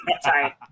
Sorry